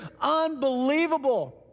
Unbelievable